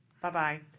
Bye-bye